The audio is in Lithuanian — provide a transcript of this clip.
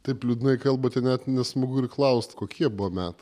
taip liūdnai kalbate net nesmagu ir klaust kokie buvo metai